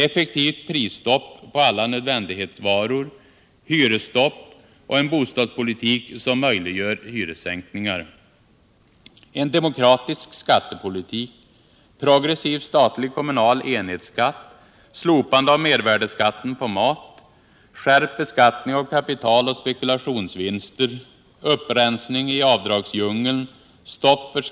Effektivt prisstopp på alla nödvändighetsvaror. Hyresstopp och en bostadspolitik som möjliggör hyressänkningar.